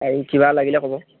আৰু কিবা লাগিলে ক'ব